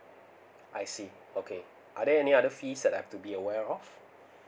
I see okay are there any other fees that I've to be aware of